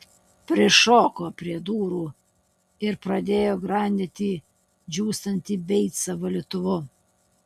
prišoko prie durų ir pradėjo grandyti džiūstantį beicą valytuvu